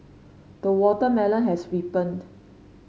the watermelon has ripened